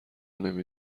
نمی